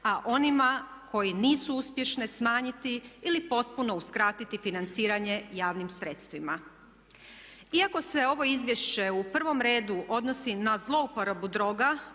a onima koji nisu uspješne smanjiti ili potpuno uskratiti financiranje javnim sredstvima. Iako se ovo izvješće u prvom redu odnosi na zlouporabu droga,